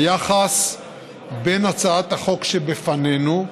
היחס בין הצעת החוק שבפנינו,